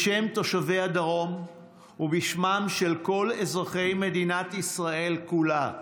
בשם תושבי הדרום ובשמם של כל אזרחי מדינת ישראל כולה,